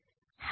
हां